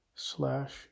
Slash